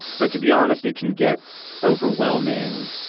but to be honest, it can get overwhelming.